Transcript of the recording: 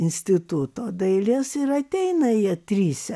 instituto dailės ir ateina jie trise